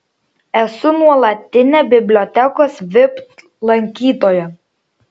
esu nuolatinė bibliotekos vipt lankytoja